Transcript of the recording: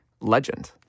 legend